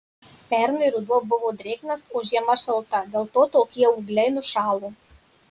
pernai ruduo buvo drėgnas o žiema šalta dėl to tokie ūgliai nušalo